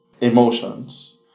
emotions